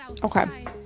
okay